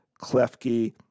Klefki